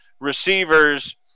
receivers